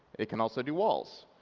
it can also do walls.